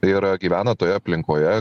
ir gyvena toje aplinkoje